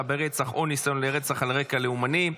ברצח או ניסיון לרצח על רקע לאומני),